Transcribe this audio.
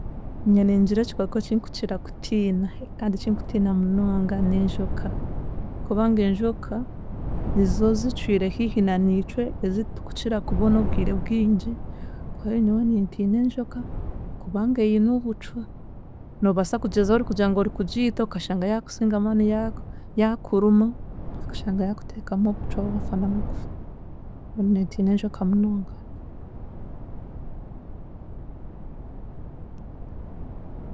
Ningira ekikooko ekinkukira kutiina kandi ekinkutiina munonga n'enjoka. Kubanga enjoka nizo zicwire hiihi na niitwe, ezi tukukira kubona obwire bwingi, kwihaho nyowe nintiina enjoka kubanga eine obucwa noobaasa kugyezaho orikugira ngu ori kugiita okashanga yaakusinga amaani yaaku yaakuruma okashanga yaakuteekamu obucwa waafa na n'okufa. Mbwenu nintiina enjoka munonga.